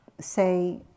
say